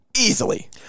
Easily